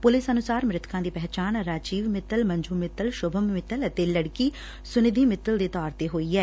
police ਅਨੁਸਾਰ ਮ੍ਰਿਤਕਾਂ ਦੀ ਪਹਿਚਾਣ ਰਾਜੀਵ ਮਿੱਤਲ ਮੰਜੁ ਮਿੱਤਲ ਸੁਭਮ ਮਿੱਤਲ ਅਤੇ ਲੜਕੀ ਸੁਨਿਧੀ ਮਿੱਤਲ ਦੇ ਤੌਰ ਤੇ ਹੋਈ ਐ